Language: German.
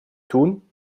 tun